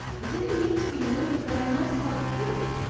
i didn't mean to be rude, but i must tell the truth.